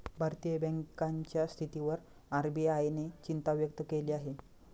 भारतीय बँकांच्या स्थितीवर आर.बी.आय ने चिंता व्यक्त केली आहे